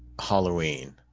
Halloween